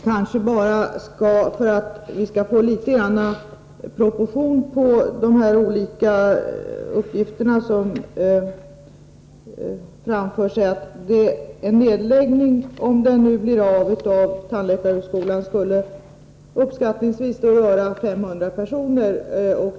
Herr talman! Låt mig — för att vi skall få litet grand proportion på de olika uppgifter som framförs — säga att en nedläggning av tandläkarhögskolan, om den blir av, skulle röra uppskattningsvis 500 personer.